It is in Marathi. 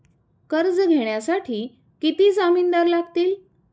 कर्ज घेण्यासाठी किती जामिनदार लागतील?